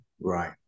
Right